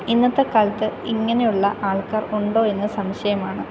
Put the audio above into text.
ഇന്നത്തെ കാലത്ത് ഇങ്ങനെയുള്ള ആൾക്കാർ ഉണ്ടോ എന്ന് സംശയമാണ്